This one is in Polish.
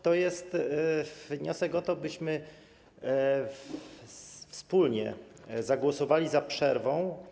To jest wniosek o to, byśmy wspólnie zagłosowali za przerwą.